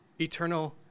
eternal